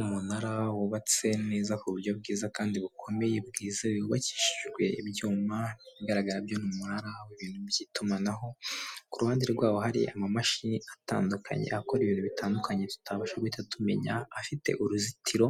Umunara wubatse neza ku buryo bwiza kandi bukomeye bwizewe wubakishijwe ibyuma ibigaragara byo n'umunara w'ibintu by'itumanaho, ku ruhande rwabo hari amamashini atandukanye akora ibintu bitandukanye tutabasha guhita tumenya, afite uruzitiro